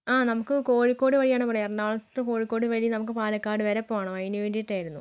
ആ നമുക്ക് കോഴിക്കോട് വഴിയാണ് പോവേണ്ടത് എറണാകുളത്ത് കോഴിക്കോട് വഴി നമുക്ക് പാലക്കാട് വരെ പോവണം അതിന് വേണ്ടിയിട്ടായിരുന്നു